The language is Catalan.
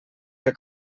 que